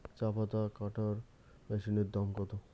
চাপাতা কাটর মেশিনের দাম কত?